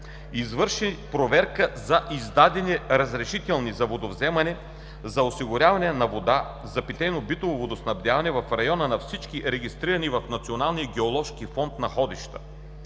извърши проверка за издадени разрешителни за водовземане за осигуряване на вода за питейно-битово водоснабдяване в района на всички регистрирани в Националния геоложки фонд находища,